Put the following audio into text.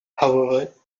however